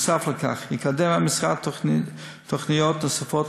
נוסף על כך יקדם המשרד תוכניות נוספות